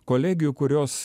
kolegijų kurios